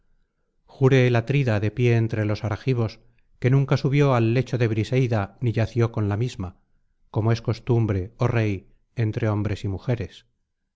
el atrida de pie entre los argivos que nunca subió al lecho de briseida ni yació con la misma como es costumbre oh rey entre hombres y mujeres